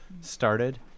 started